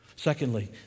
Secondly